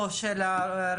או של הרבנות,